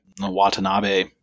Watanabe